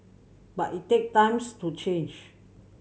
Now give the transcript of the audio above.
but it take times to change